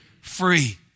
free